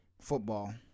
football